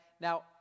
Now